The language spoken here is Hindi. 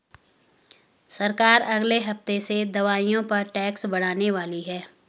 सरकार अगले हफ्ते से दवाइयों पर टैक्स बढ़ाने वाली है